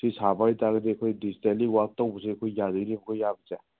ꯁꯤ ꯁꯥꯕ ꯑꯣꯏꯇꯔꯒꯗꯤ ꯑꯩꯈꯣꯏ ꯗꯤꯖꯤꯇꯦꯜꯂꯤ ꯋꯥꯛ ꯇꯧꯕꯁꯦ ꯑꯩꯈꯣꯏ ꯌꯥꯗꯣꯏꯅꯦꯕ ꯀꯣ ꯌꯥꯕꯁꯦ